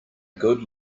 good